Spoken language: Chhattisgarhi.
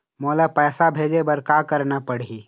मोला पैसा भेजे बर का करना पड़ही?